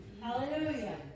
Hallelujah